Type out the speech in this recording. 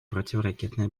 противоракетной